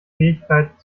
fähigkeit